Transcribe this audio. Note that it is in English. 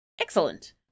Excellent